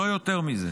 לא יותר מזה.